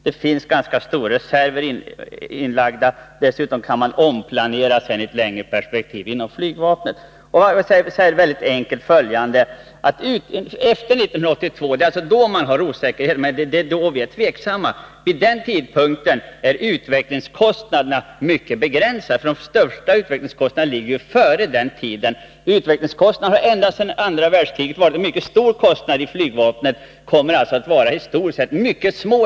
Det finns ganska stora reserver, och dessutom kan man omplanera i ett längre perspektiv inom flygvapnet. Efter 1982 är utvecklingskostnaderna för JAS begränsade, för de största utvecklingskostnaderna har man tidigare. Utvecklingskostnaderna har ända sedan andra världskriget varit en mycket stor utgiftspost i flygvapnet men minskar alltså drastiskt i reala termer efter JAS.